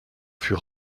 fut